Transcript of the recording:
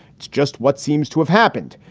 it's just what seems to have happened.